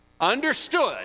understood